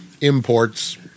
imports